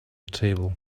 table